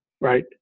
right